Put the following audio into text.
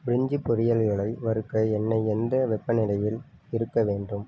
பிரிஞ்சி பொரியல்களை வறுக்க எண்ணெய் எந்த வெப்ப நிலையில் இருக்க வேண்டும்